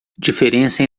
diferença